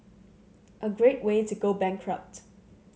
a great way to go bankrupt